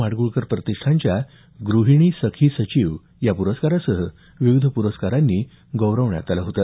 माडगूळकर प्रतिष्ठानच्या ग्रहिणी सखी सचिव प्रस्कारासह विविध प्रस्कारांनी गौरव करण्यात आला होता